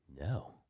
No